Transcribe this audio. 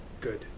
good